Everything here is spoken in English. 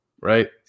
right